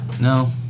no